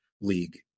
league